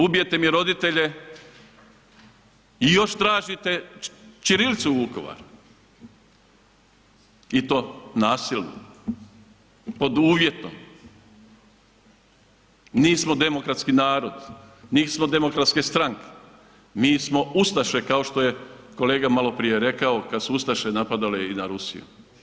Ubijete mi roditelje i još tražite ćirilicu u Vukovar i to nasilno pod uvjetom, nismo demokratski narod, nismo demokratske stranke, mi smo ustaše kao što je kolega maloprije rekao kad su ustaše napadale i na Rusiju.